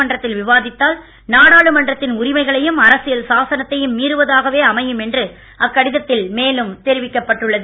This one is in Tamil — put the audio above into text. மன்றத்தில் விவாதித்தால் நாடாளுமன்றத்தின் உரிமைகளையும் டஅரசியல் சாசனத்தையும் மீறுவதாகவே அமையும் என்று அக்கடிதத்தில் மேலும் தெரிவிக்கப் பட்டுள்ளது